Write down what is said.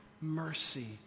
mercy